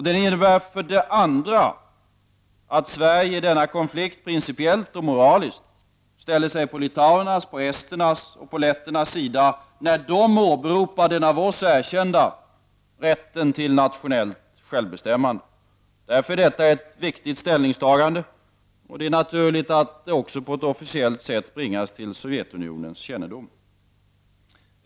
Det innebär för det andra att Sverige i denna konflikt principiellt och moraliskt har ställt sig på litauernas, esternas och letternas sida när de åberopar den av oss erkända rätten till nationellt självbestämmande. Detta är viktiga ställningstaganden. Det är naturligt att dessa också på ett officiellt sätt bringas till Sovjetunionens kännedom.